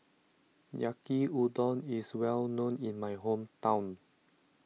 Yaki Udon is well known in my hometown